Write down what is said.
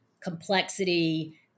complexity